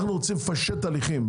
אנחנו רוצים לפשט הליכים,